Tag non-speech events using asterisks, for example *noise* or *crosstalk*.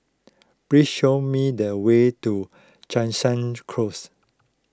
please show me the way to Jansen *unintelligible* Close